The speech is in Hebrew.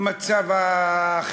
מצב המשפחה,